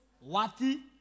worthy